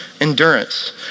endurance